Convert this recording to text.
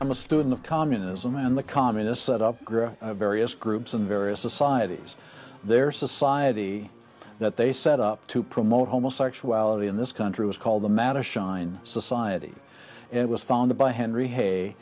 i'm a student of communism and the communists set up grow various groups and various societies their society that they set up to promote homosexuality in this country was called the matter shine society it was founded by henry h